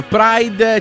Pride